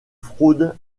fraude